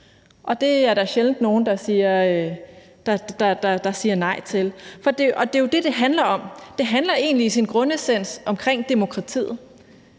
Det er der sjældent nogen der siger ja til. Og det er jo det, det handler om. Det handler egentlig i sin grundessens om demokratiet.